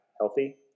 healthy